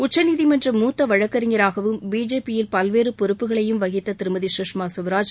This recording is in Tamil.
உச்சநீதிமன்ற மூத்த வழக்கறிஞராகவும் பிஜேபியில் பல்வேறு பொறுப்புகளையும் வகித்த திருமதி சுஷ்மா ஸ்வராஜ்